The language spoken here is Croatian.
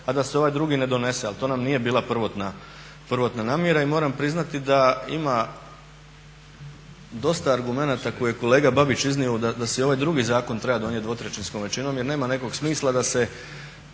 da se ovaj drugi ne donese, ali to nam nije bila prvotna namjera. I moram priznati da ima dosta argumenata koje je kolega Babić iznio da se ovaj drugi zakon treba donijeti dvotrećinskom većinom jer nema nekog smisla da se